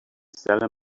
salem